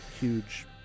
huge